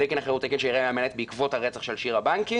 ותקן אחר הוא תקן שהעירייה מממנת בעקבות הרצח של שירה בנקי.